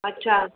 अच्छा